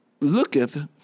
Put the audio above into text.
Looketh